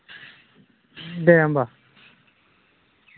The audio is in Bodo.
दे होमब्ला